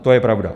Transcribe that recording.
To je pravda.